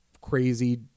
Crazy